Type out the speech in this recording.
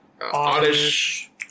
oddish